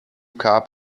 car